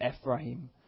Ephraim